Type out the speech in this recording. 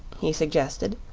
he suggested.